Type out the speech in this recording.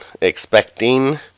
expecting